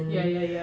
ya ya ya